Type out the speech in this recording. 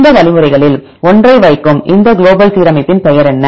இந்த வழிமுறைகளில் ஒன்றை வைக்கும் இந்த குளோபல் சீரமைப்பின் பெயர் என்ன